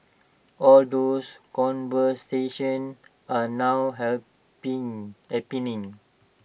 all those conversations are now happen happening